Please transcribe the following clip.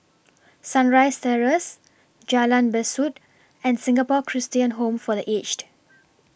Sunrise Terrace Jalan Besut and Singapore Christian Home For The Aged